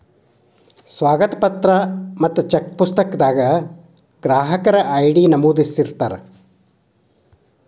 ಸ್ವಾಗತ ಪತ್ರ ಮತ್ತ ಚೆಕ್ ಪುಸ್ತಕದಾಗ ಗ್ರಾಹಕರ ಐ.ಡಿ ನಮೂದಿಸಿರ್ತಾರ